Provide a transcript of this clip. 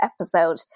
episode